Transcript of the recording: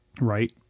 right